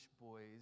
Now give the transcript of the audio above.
boys